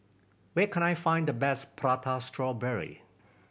where can I find the best Prata Strawberry